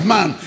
Man